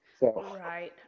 Right